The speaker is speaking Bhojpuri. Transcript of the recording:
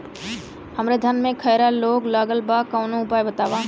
हमरे धान में खैरा रोग लगल बा कवनो उपाय बतावा?